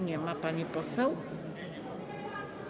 Nie ma pani poseł.